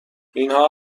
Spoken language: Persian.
اینها